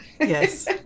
yes